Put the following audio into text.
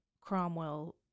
Cromwell